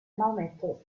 maometto